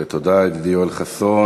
תודה, ידידי יואל חסון.